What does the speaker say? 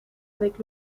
avec